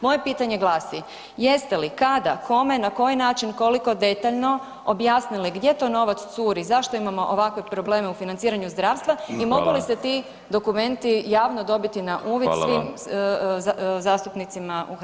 Moje pitanje glasi, jeste li, kada, kome, na koji način, koliko detaljno objasnili gdje to novac curi, zašto imamo ovakve probleme u financiranju zdravstva [[Upadica: Hvala]] i mogu li se ti dokumenti javno dobiti na uvid [[Upadica: Hvala vam]] svim zastupnicima u HS?